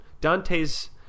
Dante's